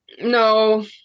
no